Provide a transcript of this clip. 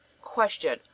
Question